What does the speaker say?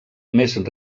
més